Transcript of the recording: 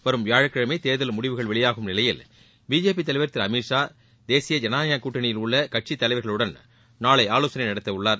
வரும் வியாழக்கிழமை தேர்தல் முடிவுகள் வெளியாகும் நிலையில் பிஜேபி தலைவர் திரு அமித் ஷா தேசிய ஜனநாயக கூட்டணியில் உள்ள கட்சித் தலைவர்களுடன் நாளை ஆலோசனை நடத்த உள்ளார்